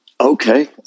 Okay